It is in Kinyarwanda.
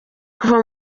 kuva